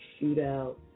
shootout